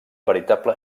veritable